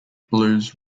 blues